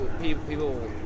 people